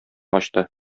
ачты